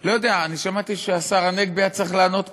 לא יודע, שמעתי שהשר הנגבי היה צריך לענות פה.